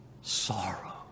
Sorrow